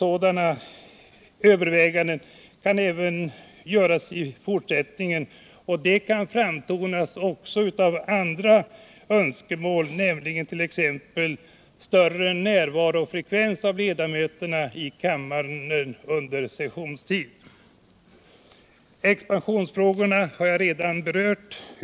Sådana överväganden kan även göras i fortsättningen, och de kan framtonas också av andra önskemål, nämligen t.ex. större närvarofrekvens av ledamöterna i kammaren under sessionstiden. Expansionsfrågorna har jag redan berört.